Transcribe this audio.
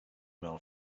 mail